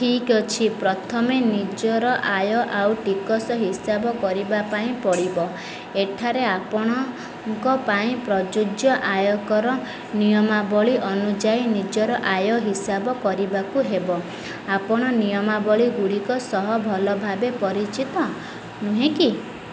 ଠିକ୍ ଅଛି ପ୍ରଥମେ ନିଜର ଆୟ ଆଉ ଟିକସ ହିସାବ କରିବା ପାଇଁ ପଡ଼ିବ ଏଠାରେ ଆପଣଙ୍କ ପାଇଁ ପ୍ରଯୁଜ୍ୟ ଆୟକର ନିୟମାବଳୀ ଅନୁଯାୟୀ ନିଜର ଆୟ ହିସାବ କରିବାକୁ ହେବ ଆପଣ ନିୟମାବଳୀ ଗୁଡ଼ିକ ସହ ଭଲ ଭାବେ ପରିଚିତ ନୁହେଁ କି